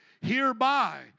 Hereby